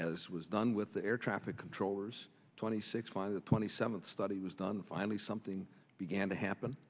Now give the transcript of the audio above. as was done with the air traffic controllers twenty six five the twenty seven study was done finally something began to happen